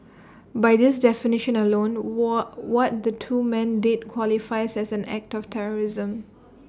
by this definition alone what what the two men did qualifies as an act of terrorism